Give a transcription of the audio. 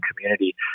community